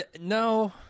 No